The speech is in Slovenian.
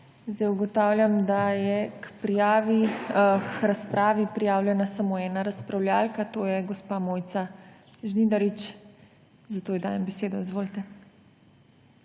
Ugotavljam, da je k razpravi prijavljena samo ena razpravljavka, to je gospa Mojca Žnidarič, zato ji dajem besedo. Izvolite.